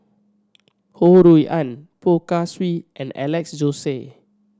Ho Rui An Poh Kay Swee and Alex Josey